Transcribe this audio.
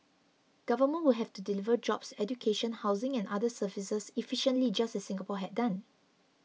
governments would have to deliver jobs education housing and other services efficiently just as Singapore had done